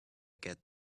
get